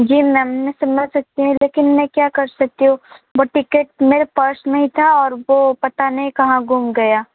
जी ma'am मैं समझ सकती हूँ अब मैं क्या कर सकती हूँ वो टिकट मेरे पर्स में ही था और वो पता नहीं कहाँ गुम गया